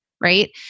right